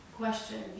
question